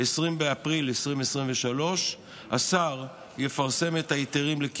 20 באפריל 2023. השר יפרסם את ההיתרים שניתנו